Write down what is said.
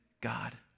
God